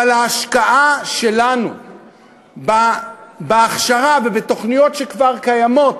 אבל ההשקעה שלנו בהכשרה ובתוכניות שכבר קיימות